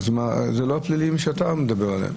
אלה לא הפליליים עליהם אתה מדבר.